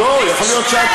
איזו אליטה?